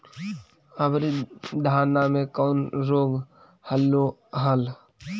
अबरि धाना मे कौन रोग हलो हल?